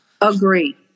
Agree